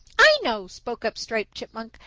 i know, spoke up striped chipmunk.